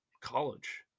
college